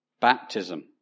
baptism